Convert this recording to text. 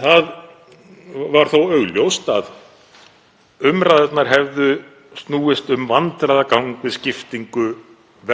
Það var þó augljóst að umræðurnar hefðu snúist um vandræðagang við skiptingu